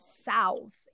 south